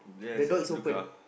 the door is opened